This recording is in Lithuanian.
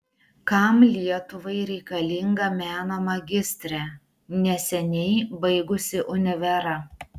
kam lietuvai reikalinga meno magistrė neseniai baigusi univerą